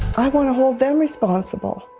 i want to hold them responsible.